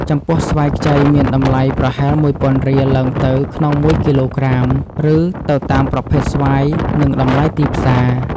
ចំពោះ ស្វាយខ្ចីមានតម្លៃប្រហែល១ពាន់រៀលឡើងទៅក្នុងមួយគីឡូក្រាម ឬទៅតាមប្រភេទស្វាយនិងតម្លៃទីផ្សារ។